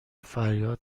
فریاد